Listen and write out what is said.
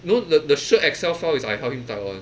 you know the the shirt excel file is I help him type one